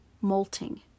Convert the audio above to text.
molting